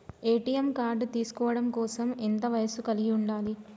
ATM card తీసుకోవడం కోసం ఎంత వయస్సు కలిగి ఉండాలి?